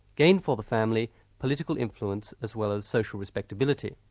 gained for the family political influence as well as social respectability.